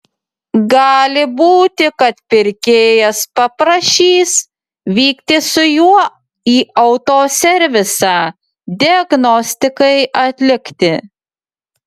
gali būti kad pirkėjas paprašys vykti su juo į autoservisą diagnostikai atlikti